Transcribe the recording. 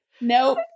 Nope